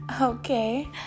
okay